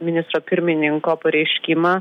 ministro pirmininko pareiškimą